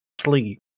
sleep